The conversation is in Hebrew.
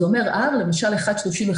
זה אומר למשל R 1.35,